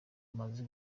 amaze